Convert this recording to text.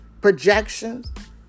Projections